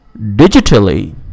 digitally